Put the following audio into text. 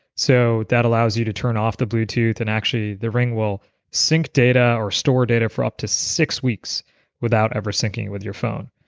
so that allows you to turn off the bluetooth and actually the ring will sync data or store data for up to six weeks without ever singing with your phone.